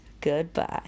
Goodbye